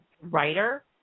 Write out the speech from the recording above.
writer